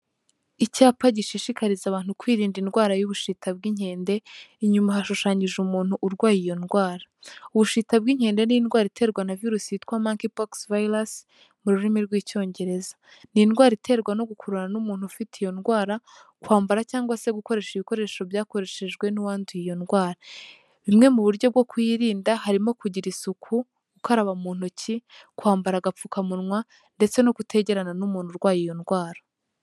Icyapa gishishikariza abantu kwirinda indwara y'ubushita bw'inkende, inyuma hashushanyije umuntu urwaye iyo ndwara. Ubushita bw'inke ni indwara iterwa na virusi yitwa make pox virus mu rurimi rw'icyongereza, ni indwara iterwa no gukururana n'umuntu ufite iyo ndwara, kwambara cyangwa se gukoresha ibikoresho byakoreshejwe n'umuntu wanduye iyo ndwara. Bimwe mu buryo bwo kuyirinda harimo kugira isuku, gukaraba mu ntoki, kwambara agapfukamunwa ndetse no kutegerana n'umuntu urwaye iyo ndwara.